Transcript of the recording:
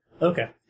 Okay